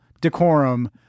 decorum